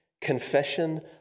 confession